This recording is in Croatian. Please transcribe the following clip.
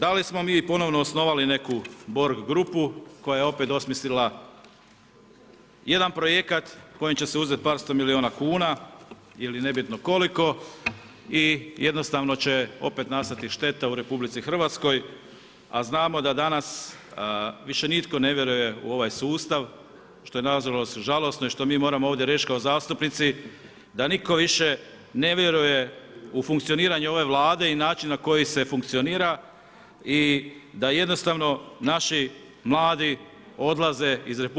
Da li smo mi ponovno osnovali neku Borg grupu koja je opet osmislila jedan projekat kojem će uzeti par sto milijuna kuna ili nebitno koliko i jednostavno će opet nastati šteta u RH a znamo da danas više nitko ne vjeruje u ovaj sustav što je nažalost žalosno i što mi moramo ovdje reći kao zastupnici, da nitko više ne vjeruje u funkcioniranje ove Vlade i način na koji se funkcionira i da jednostavno naši mlade odlaze iz RH